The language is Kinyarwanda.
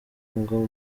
ngo